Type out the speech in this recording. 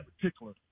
particular